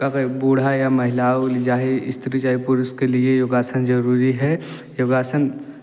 बूढ़ा या महिलाओं चाहे स्त्री चाहे पुरुष के लिए योगासन ज़रूरी है योगासन